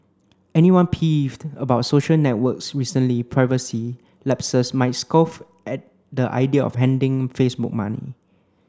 anyone peeved about social network's recently privacy lapses might scoff at the idea of handing Facebook money